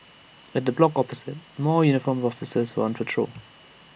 at the block opposite more uniformed officers were on patrol